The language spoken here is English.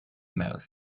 mouth